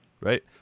Right